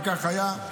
וכך היה.